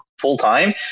full-time